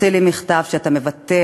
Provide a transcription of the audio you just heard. תוציא לי מכתב שאתה מוותר